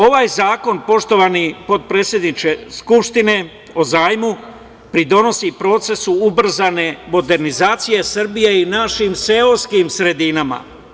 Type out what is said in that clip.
Ovaj zakon o zajmu, poštovani potpredsedniče Skupštine, pridonosi procesu ubrzane modernizacije Srbije i našim seoskim sredinama.